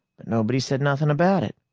but nobody said nothing about it.